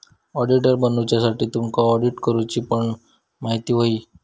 auditor बनुच्यासाठी तुमका audit करूची पण म्हायती होई